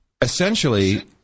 essentially